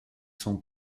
sont